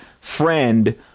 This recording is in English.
friend